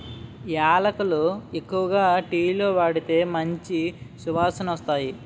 యాలకులు ఎక్కువగా టీలో వాడితే మంచి సువాసనొస్తాయి